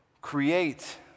create